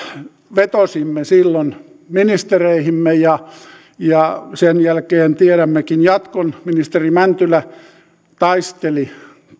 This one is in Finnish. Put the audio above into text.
vetosimme silloin ministereihimme ja ja sen jälkeen tiedämmekin jatkon ministeri mäntylä taisteli